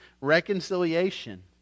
reconciliation